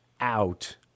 out